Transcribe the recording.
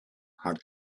had